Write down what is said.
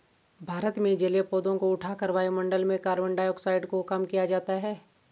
भारत में जलीय पौधों को उठाकर वायुमंडल में कार्बन डाइऑक्साइड को कम किया जाता है